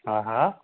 हा हा